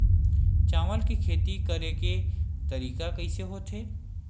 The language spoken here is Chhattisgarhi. चावल के खेती करेके तरीका कइसे होथे?